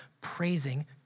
praising